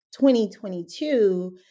2022